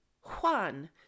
Juan